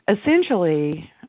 Essentially